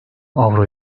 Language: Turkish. avro